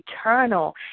eternal